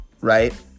right